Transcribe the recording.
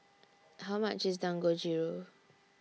How much IS Dangojiru